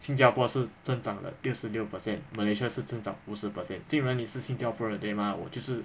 新加坡是增长了六十六 percent malaysia 是增长五十 percent 尽然你是新加坡人对吗我就是